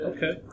Okay